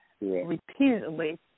repeatedly